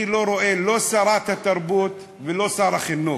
אני לא רואה את שרת התרבות ולא את שר החינוך.